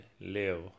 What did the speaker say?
live